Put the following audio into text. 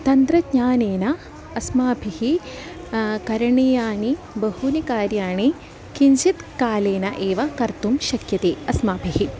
तन्त्रज्ञानेन अस्माभिः करणीयानि बहूनि कार्याणि किञ्चित् कालेन एव कर्तुं शक्यते अस्माभिः